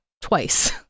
twice